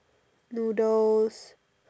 noodles